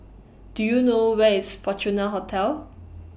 Do YOU know Where IS Fortuna Hotel